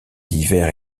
d’hiver